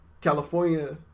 California